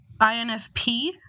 infp